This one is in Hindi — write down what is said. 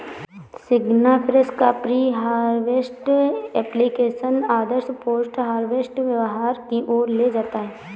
सिग्नाफ्रेश का प्री हार्वेस्ट एप्लिकेशन आदर्श पोस्ट हार्वेस्ट व्यवहार की ओर ले जाता है